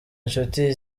inshuti